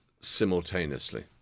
simultaneously